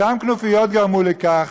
אותן כנופיות גרמו לכך